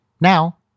Now